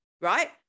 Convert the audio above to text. Right